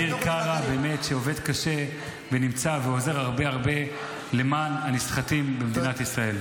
שנמצא ועובד קשה ועוזר הרבה לנסחטים במדינת ישראל.